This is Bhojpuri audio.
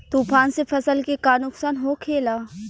तूफान से फसल के का नुकसान हो खेला?